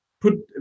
put